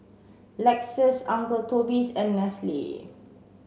Lexus Uncle Toby's and Nestle